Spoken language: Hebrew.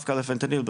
דווקא לפנטניל,